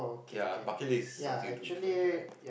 yea bucket list is something you do before you die